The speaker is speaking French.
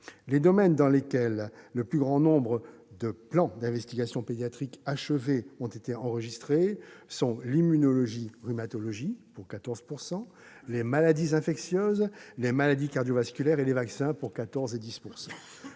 les domaines dans lesquels le plus grand nombre de plans d'investigation pédiatrique achevés ont été enregistrés sont l'immunologie et la rhumatologie, pour 14 %, les maladies infectieuses, pour 14 %, les maladies cardiovasculaires, pour 10 %, et les vaccins, pour 10 %